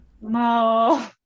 no